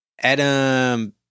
Adam